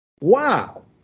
Wow